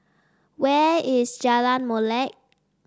where is Jalan Molek